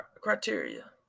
criteria